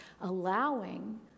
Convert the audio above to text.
allowing